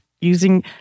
using